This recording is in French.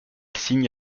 signe